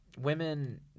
women